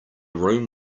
room